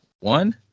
one